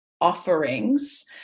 offerings